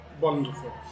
Wonderful